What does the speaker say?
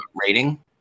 rating